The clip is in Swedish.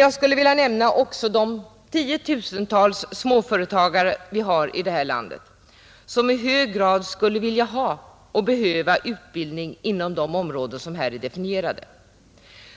Jag skulle vilja nämna också de tiotusentals småföretagare vi har här i landet, vilka i hög grad skulle vilja ha och behöva utbildning just inom de områden som här är definierade.